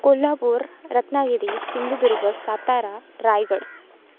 Kolhapur Ratnagiri Sindhudurg Satara Raigad